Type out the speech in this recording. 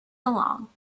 along